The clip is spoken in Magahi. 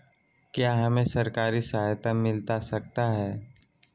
क्या हमे सरकारी सहायता मिलता सकता है?